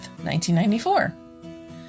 1994